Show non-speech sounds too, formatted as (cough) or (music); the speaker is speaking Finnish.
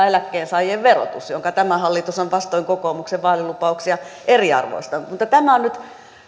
(unintelligible) eläkkeensaajien verotus jonka tämä hallitus on vastoin kokoomuksen vaalilupauksia eriarvoistanut tämä on nyt